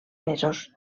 mesos